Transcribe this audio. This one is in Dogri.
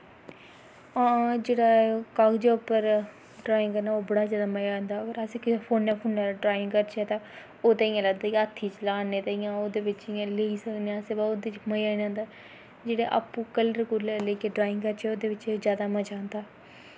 हां जेह्ड़ा कागजै उप्पर ड्राईंग करने दा बड़ा गै मजा आंदा अगर अस कुसै फोनै फानै पर ड्राईंग करचै तां ओह् इ'यां लगदी हत्थ च ल्हाने ते ओह्दै बिच्च इ'यां लेई सकने अस ब ओह्दे च मजा निं आंदा जेह्ड़े आपूं कल्लर कुल्लर लेइयै ड्राईंग करचै तां ओह्दै च जैदा मजा आंदा